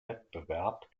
wettbewerb